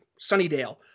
Sunnydale